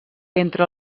entre